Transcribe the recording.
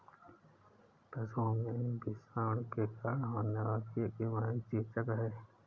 पशुओं में विषाणु के कारण होने वाली एक बीमारी चेचक है